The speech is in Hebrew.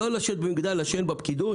לא לשבת במגדל השן בפקידות.